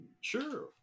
Sure